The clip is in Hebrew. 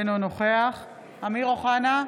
אינו נוכח אמיר אוחנה,